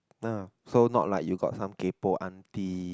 so not like you got some kaypoh auntie